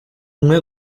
umwe